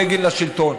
בגין לשלטון.